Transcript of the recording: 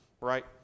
right